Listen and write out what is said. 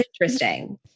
interesting